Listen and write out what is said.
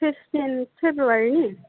sixteen February